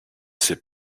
sais